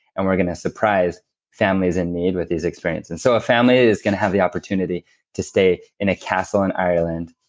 and we're going to surprise families in need with these experiences so a family is going to have the opportunity to stay in a castle in ireland,